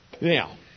Now